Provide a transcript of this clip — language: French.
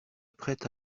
prête